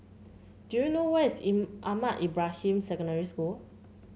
do you know where is in Ahmad Ibrahim Secondary School